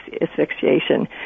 asphyxiation